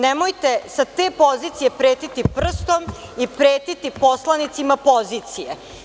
Nemojte sa te pozicije pretiti prstom i pretiti poslanicima pozicije.